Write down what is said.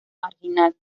marginal